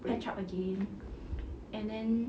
patch up again and then